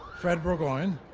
fred bourgoin.